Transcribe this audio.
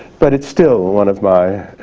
but it's still one of my